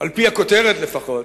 על-פי הכותרת לפחות,